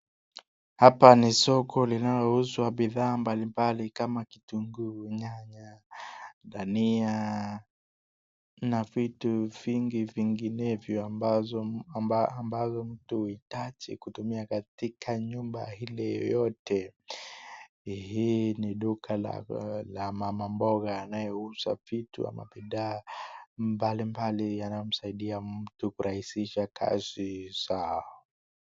Hapa ni soko linalouzwa bidhaa mbali mbali kama kitunguu, nyanya, dahania na vitu vingi vinginevyo ambazo mtu huitaji kutumia katika nyumba ile yeyote. Hii ni duka la mama mboga anayeuza vitu ama bidhaa mbali mbali. Anamsaidia mtu kurahisisha kazi zao.